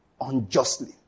unjustly